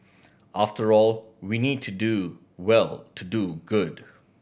after all we need to do well to do good